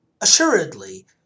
Assuredly